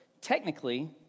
technically